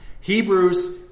Hebrews